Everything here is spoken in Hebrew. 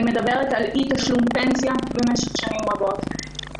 אני מדברת על אי תשלום פנסיה במשך שנים רבות,